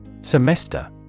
Semester